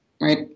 right